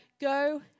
go